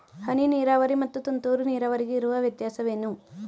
ಹನಿ ನೀರಾವರಿ ಮತ್ತು ತುಂತುರು ನೀರಾವರಿಗೆ ಇರುವ ವ್ಯತ್ಯಾಸವೇನು?